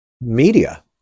media